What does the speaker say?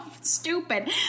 stupid